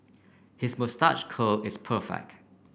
his moustache curl is perfect